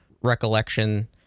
recollection